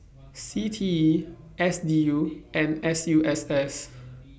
C T E S D U and S U S S